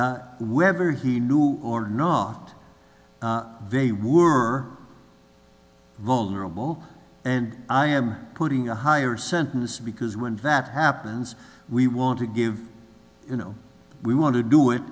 say wherever he knew or not they were vulnerable and i am putting a higher sentence because when that happens we want to give you know we want to do it